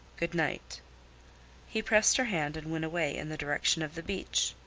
goodnight. he pressed her hand and went away in the direction of the beach.